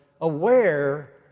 aware